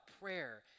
prayer